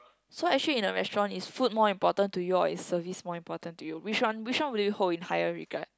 so actually in a restaurant is food more important to you or is service more important to you which one which one will you hold in higher regard